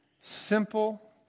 Simple